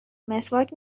مسواک